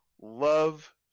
love